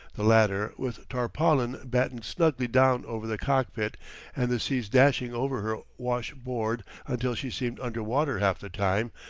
the latter, with tarpaulin battened snugly down over the cockpit and the seas dashing over her wash-board until she seemed under water half the time,